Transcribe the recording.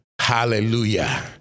Hallelujah